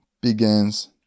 begins